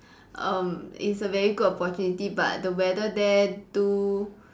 um it's a very good opportunity but the weather there do